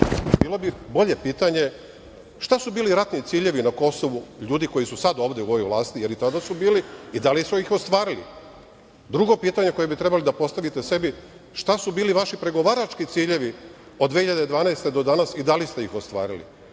bi bolje pitanje – šta su bili ratni ciljevi na Kosovu ljudi koji su sad ovde u ovoj vlasti jer i tada su bili i da li su ih ostvarili? Drugo pitanje koje bi trebali da postavite sebi – šta su bili vaši pregovarački ciljevi od 2012. godine do danas i da li ste ih ostvarili?